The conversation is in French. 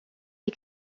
des